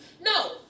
no